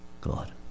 God